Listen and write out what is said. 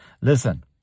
Listen